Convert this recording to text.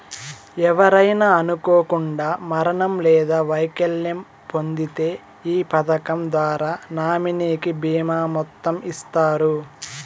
ఎవరైనా అనుకోకండా మరణం లేదా వైకల్యం పొందింతే ఈ పదకం ద్వారా నామినీకి బీమా మొత్తం ఇస్తారు